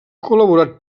col·laborat